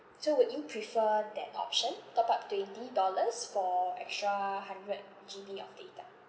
so would you prefer that option top up twenty dollars for extra hundred G_B of data